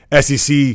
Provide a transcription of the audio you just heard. SEC